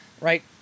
right